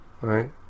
right